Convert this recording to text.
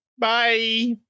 Bye